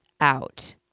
out